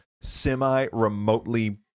semi-remotely